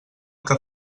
que